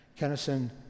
Kennison